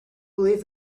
believed